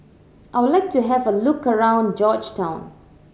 I would like to have a look around Georgetown